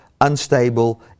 unstable